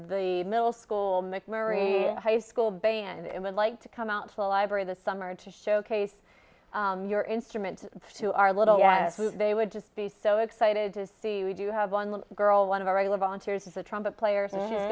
the middle school mcmurry high school band and would like to come out to the library this summer to showcase your instrument to our little they would just be so excited to see we do have one little girl one of our regular volunteers is a trumpet players are